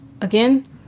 Again